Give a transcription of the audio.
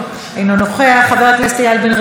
אינו נוכח.